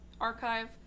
archive